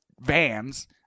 Vans